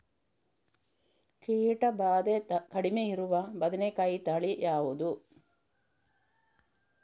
ಕೀಟ ಭಾದೆ ಕಡಿಮೆ ಇರುವ ಬದನೆಕಾಯಿ ತಳಿ ಯಾವುದು?